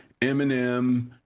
Eminem